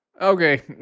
okay